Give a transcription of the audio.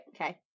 Okay